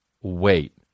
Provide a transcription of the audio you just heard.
wait